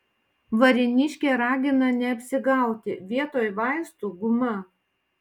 varėniškė ragina neapsigauti vietoj vaistų guma